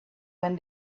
when